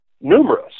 numerous